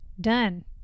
done